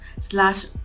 slash